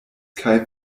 kaj